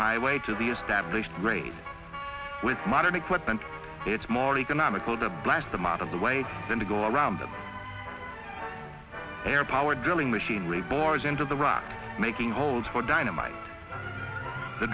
highway to the established grade with modern equipment it's more economical to blast them out of the way than to go around them airpower drilling machinery bores into the rock making holes for dynamite the